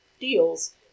deals